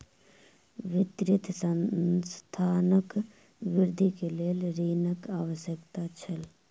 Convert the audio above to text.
वित्तीय संस्थानक वृद्धि के लेल ऋणक आवश्यकता छल